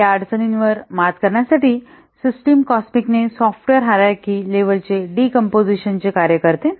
या अडचणींवर मात करण्यासाठी सिस्टम कॉस्मिक्सने सॉफ्टवेअर हायरारकी लेव्हल चे डीकॉम्पोजिशन चे कार्य करते